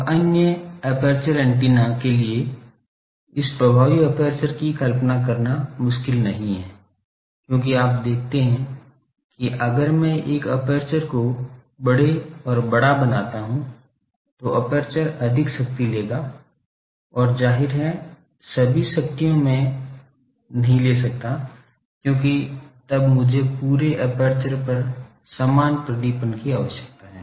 अब अन्य aperture antenna के लिए इस प्रभावी एपर्चर की कल्पना करना मुश्किल नहीं है क्योंकि आप देखते हैं कि अगर मैं एक एपर्चर को बड़े और बड़ा बनाता हूं तो एपर्चर अधिक शक्ति लेगा और जाहिर है सभी शक्तियां मैं नहीं ले सकता क्योंकि तब मुझे पूरे एपर्चर पर समान प्रदीपन की आवश्यकता है